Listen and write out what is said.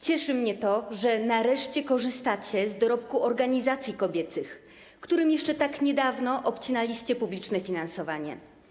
Cieszy mnie to, że nareszcie korzystacie z dorobku organizacji kobiecych, którym jeszcze tak niedawno obcinaliście publiczne finansowanie.